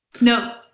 No